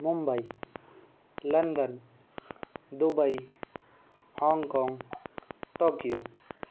Mumbai London Dubai Hong Kong Tokyo